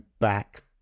back